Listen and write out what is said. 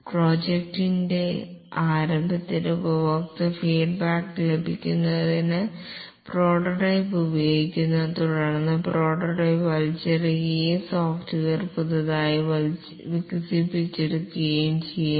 പ്രോജക്റ്റിന്റെ ആരംഭത്തിൽ ഉപഭോക്തൃ ഫീഡ്ബാക്ക് ലഭിക്കുന്നതിന് പ്രോട്ടോടൈപ്പ് ഉപയോഗിക്കുന്നു തുടർന്ന് പ്രോട്ടോടൈപ്പ് വലിച്ചെറിയുകയും സോഫ്റ്റ്വെയർ പുതുതായി വികസിപ്പിക്കുകയും ചെയ്യുന്നു